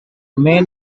mean